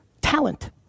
Talent